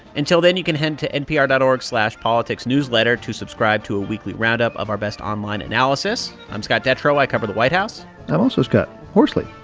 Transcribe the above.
until then, you can head to npr dot org slash politicsnewsletter to subscribe to a weekly roundup of our best online analysis. i'm scott detrow. i cover the white house i'm also scott horsley.